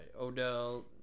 Odell